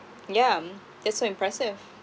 yeah that's so impressive